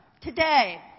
today